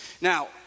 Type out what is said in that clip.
Now